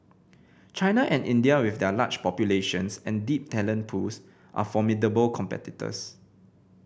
China and India with their large populations and deep talent pools are formidable competitors